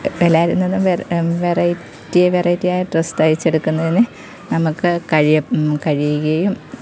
എല്ലാവരിൽ നിന്നും വെറൈറ്റി വെറൈറ്റിയായ ഡ്രസ് തയ്ച്ചെടുക്കുന്നതിന് നമുക്ക് കഴിയും കഴിയുകയും